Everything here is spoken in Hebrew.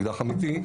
אמיתי,